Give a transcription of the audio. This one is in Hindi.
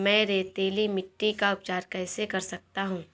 मैं रेतीली मिट्टी का उपचार कैसे कर सकता हूँ?